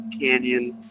canyon